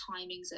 timings